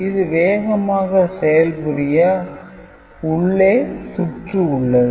இது வேகமாக செயல்புரிய உள்ளே சுற்று உள்ளது